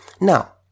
Now